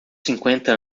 cinquenta